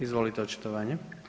Izvolite očitovanje.